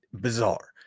Bizarre